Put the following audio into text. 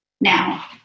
Now